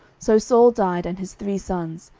so saul died, and his three sons,